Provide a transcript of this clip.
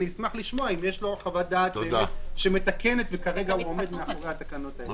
אשמח לשמוע אם יש לו חוות דעת שמתקנת וכרגע עומד מאמורי התקנות האלה.